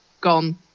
gone